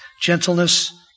gentleness